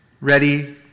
Ready